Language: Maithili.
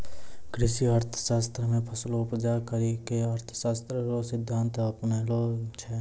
कृषि अर्थशास्त्र मे फसलो उपजा करी के अर्थशास्त्र रो सिद्धान्त अपनैलो छै